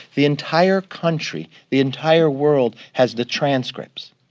the entire country, the entire world has the transcripts.